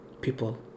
people